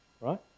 Right